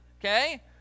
Okay